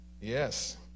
Yes